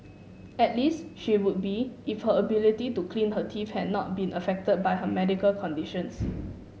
at least she would be if her ability to clean her teeth had not been affected by her medical conditions